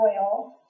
oil